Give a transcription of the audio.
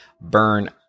burn